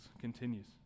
continues